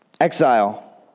exile